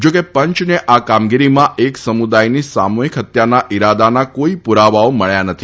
જોકે પંચને આ કામગીરીમાં એક સમુદાયની સામુહિક હત્યાના ઇરાદાના કોઈ પુરાવાઓ મળ્યા નથી